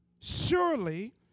Surely